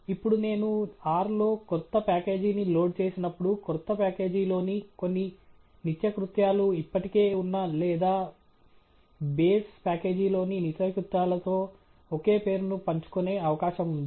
ఇప్పుడు నేను R లో క్రొత్త ప్యాకేజీని లోడ్ చేసినప్పుడు క్రొత్త ప్యాకేజీలోని కొన్ని నిత్యకృత్యాలు ఇప్పటికే ఉన్న లేదా బేస్ ప్యాకేజీలోని నిత్యకృత్యాలతో ఒకే పేరును పంచుకునే అవకాశం ఉంది